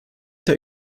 der